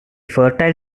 fertile